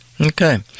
Okay